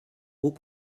haut